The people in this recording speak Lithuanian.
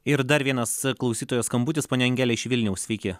ir dar vienas klausytojo skambutis ponia angelė iš vilniaus sveiki